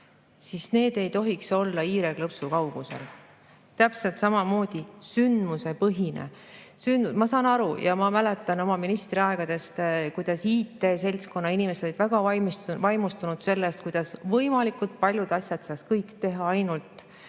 siis need ei tohiks olla hiireklõpsu kaugusel. Täpselt samamoodi on selle sündmusepõhisusega. Ma saan aru ja ma mäletan oma ministriaegadest, et IT‑seltskonna inimesed olid väga vaimustunud sellest, kui võimalikult paljud asjad saaksid ainult